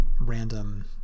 random